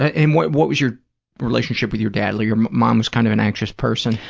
and what what was your relationship with your dad? like your mom was kind of an anxious person.